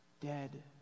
dead